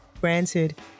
granted